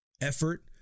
Effort